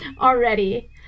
already